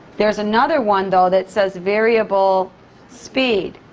there's another one, though, that says variable speed.